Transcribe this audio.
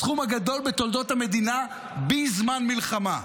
הסכום הגדול בתולדות המדינה בזמן מלחמה.